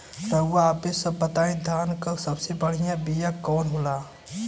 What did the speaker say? रउआ आप सब बताई धान क सबसे बढ़ियां बिया कवन होला?